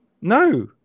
No